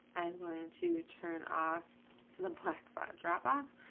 i'm going to turn off the black but drop box.